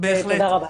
תודה רבה.